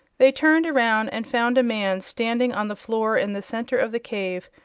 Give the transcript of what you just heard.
they turned around and found a man standing on the floor in the center of the cave,